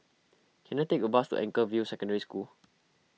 can I take a bus to Anchorvale Secondary School